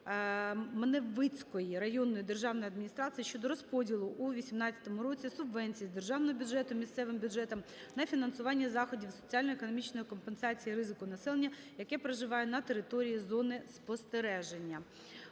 Маневицької районної державної адміністрації щодо розподілу у 2018 році субвенції з державного бюджету місцевим бюджетам на фінансування заходів соціально-економічної компенсації ризику населення, яке проживає на території зони спостереження.